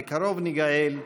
בקרוב ניגאל,